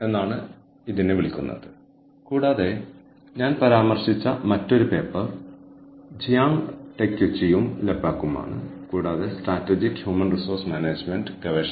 എന്നാൽ വളരെ ലളിതമായി പറഞ്ഞാൽ ഒരു ഓർഗനൈസേഷന്റെ തന്ത്രപരമായ ലക്ഷ്യങ്ങളുടെ നേട്ടത്തിനായി അതിന്റെ മനുഷ്യവിഭവശേഷി ഏറ്റവും ഉചിതമായ രീതിയിൽ കൈകാര്യം ചെയ്യുന്നതിനെ തന്ത്രപരമായ ഹ്യൂമൻ റിസോഴ്സ് മാനേജ്മെന്റ് എന്ന് പറയുന്നു